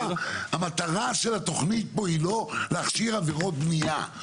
המטרה של התוכנית פה היא לא להכשיר עבירות בניה,